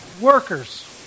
workers